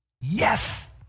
Yes